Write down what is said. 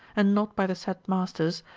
and not by the said masters,